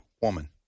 woman